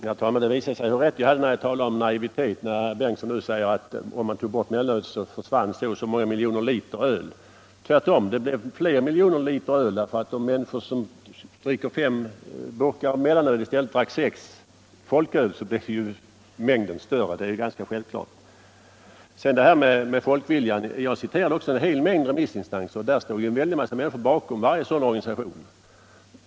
Herr talman! Det visar sig hur rätt jag hade då jag talade om naivitet, när herr förste vice talmannen Bengtson nu säger att så och så många miljoner liter öl skulle försvinna om man tog bort mellanölet. Tvärtom - det blir fler miljoner liter öl. Om de människor som nu dricker fem burkar mellanöl i stället dricker sex folköl blir ju mängden större — det är självklart. Så till folkviljan. Jag citerade också en hel mängd remissinstanser. Det står en väldig massa människor bakom varje sådan organisation.